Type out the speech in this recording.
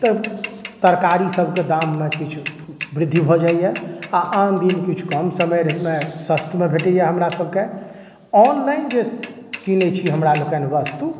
तऽ तरकारीसभके दाममे किछु वृद्धि भऽ जाइए आ आन दिन किछु कम समयमे सस्तमे भेटैए हमरासभके ऑनलाइन जे कीनैत छी हमरा लोकनि वस्तु